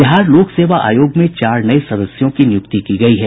बिहार लोक सेवा आयोग में चार नये सदस्यों की नियुक्ति की गयी है